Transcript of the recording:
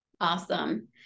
awesome